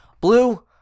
Blue